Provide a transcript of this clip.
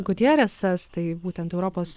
gutjeresas tai būtent europos